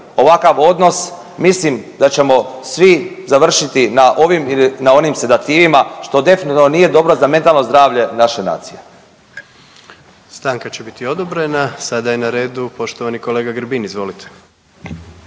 ovakav odnos mislim da ćemo svi završiti na ovim ili na onim sedativima što definitivno nije dobro za mentalno zdravlje naše nacije. **Jandroković, Gordan (HDZ)** Stanka će biti odobrena. Sada je na redu poštovani kolega Grbin. **Grbin,